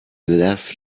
left